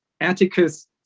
Atticus